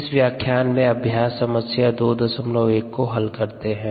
इस व्याख्यान में अभ्यास समस्या 21 को हल करते है